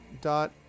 Dot